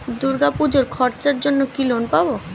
দূর্গাপুজোর খরচার জন্য কি লোন পাব?